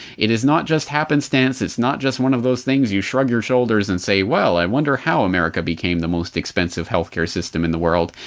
it is not just happenstance, it's not just one of those things you shrug your shoulders and say, well, i wonder how america became the most expensive healthcare system in the world,